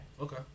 Okay